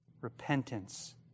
Repentance